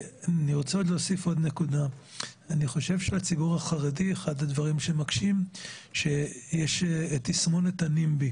שאצל הציבור החרדי יש את תסמונת ה ---.